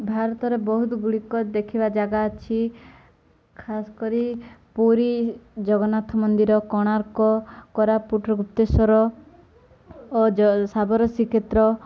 ଭାରତର ବହୁତ ଗୁଡ଼ିକ ଦେଖିବା ଜାଗା ଅଛି ଖାସ କରି ପୁରୀ ଜଗନ୍ନାଥ ମନ୍ଦିର କୋଣାର୍କ କୋରାପୁଟର ଗୁପ୍ତେଶ୍ଵର ଓ ସାବର ଶ୍ରୀକ୍ଷେତ୍ର